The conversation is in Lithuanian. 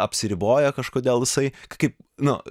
apsiriboja kažkodėl jisai kaip na